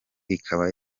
ikaba